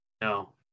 No